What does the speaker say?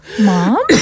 Mom